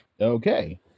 Okay